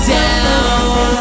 down